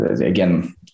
again